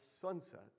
sunset